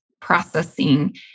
processing